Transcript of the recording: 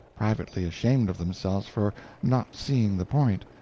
privately ashamed of themselves for not seeing the point,